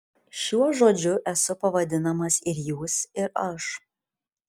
šiuo žodžiu esu pavadinamas ir jūs ir aš